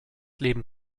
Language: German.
leben